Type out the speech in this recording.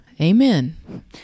amen